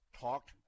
talked